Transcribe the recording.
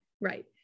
right